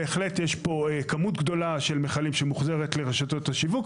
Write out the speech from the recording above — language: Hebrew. בהחלט יש פה כמות גדולה של מכלים שמוחזרת לרשתות השיווק,